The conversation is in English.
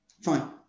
Fine